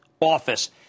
office